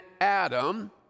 Adam